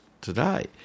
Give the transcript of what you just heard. today